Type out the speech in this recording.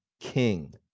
king